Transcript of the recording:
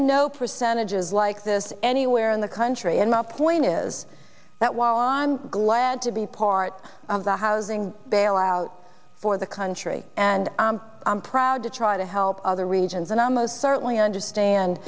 no percentages like this anywhere in the country and my point is that while i'm glad to be part of the housing bailout for the country and i'm proud to try to help other regions and i most certainly understand